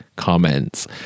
Comments